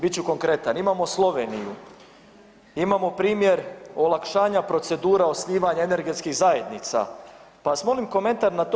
Bit ću konkretan, imamo Sloveniju, imamo primjer olakšanja procedura osnivanja energetskih zajednica, pa vas molim komentar na to.